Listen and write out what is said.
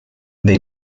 they